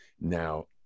Now